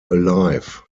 alive